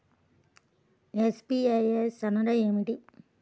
NBFC అనగా ఏమిటీ?